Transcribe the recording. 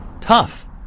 tough